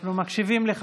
אנחנו מקשיבים לך.